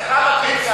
אצלך בקהילה.